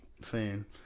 fan